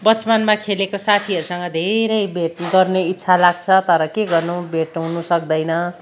बचपनमा खेलेको साथीहरूसँग धेरै भेट गर्ने इच्छा लाग्छ तर के गर्नु भेट हुनु सक्दैन